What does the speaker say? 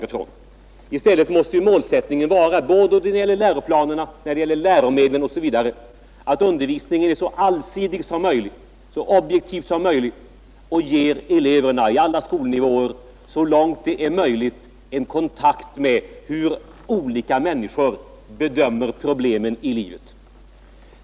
I stället måste målsättningen vara, då det gäller både läroplanerna och läromedlen, att göra undervisningen så allsidig som möjligt, så objektiv som möjligt och att så långt det är möjligt ge elever på alla skolnivåer kontakt med olika människors bedömning av problemen i livet.